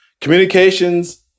communications